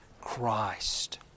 Christ